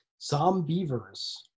Zombievers